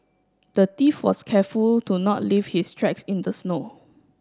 the thief was careful to not leave his tracks in the snow